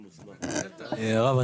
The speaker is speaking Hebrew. הרב,